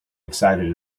excited